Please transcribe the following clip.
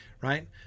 right